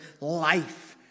life